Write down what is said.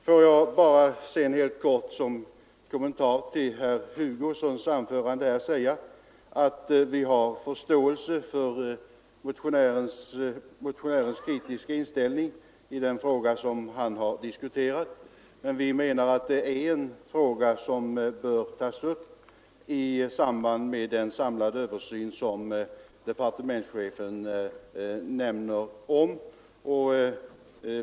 Låt mig bara sedan helt kort som kommentar till herr Hugossons anförande säga att vi har förståelse för människors kritiska inställning i den fråga som han har diskuterat. Men vi menar att det är en fråga som bör tas upp i samband med den samlade översyn som departementschefen omnämner.